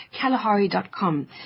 Kalahari.com